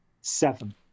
Seven